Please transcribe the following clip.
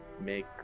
make